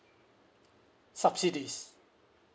subsidies